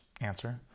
answer